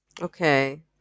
Okay